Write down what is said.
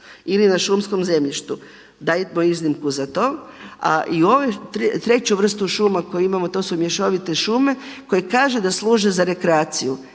ili na šumskom zemljištu. Dajmo iznimku za to a i ovu treću vrstu šuma koje imamo to su mješovite šume koje kaže da služe za rekreaciju.